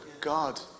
God